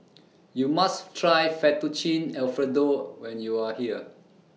YOU must Try Fettuccine Alfredo when YOU Are here